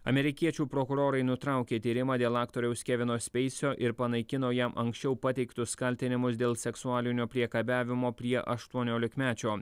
amerikiečių prokurorai nutraukė tyrimą dėl aktoriaus kevino speisio ir panaikino jam anksčiau pateiktus kaltinimus dėl seksualinio priekabiavimo prie aštuoniolikmečio